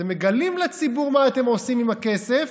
אתם מגלים לציבור מה אתם עושים עם הכסף,